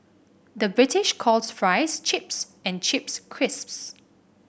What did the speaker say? the British calls fries chips and chips crisps